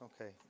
Okay